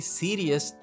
serious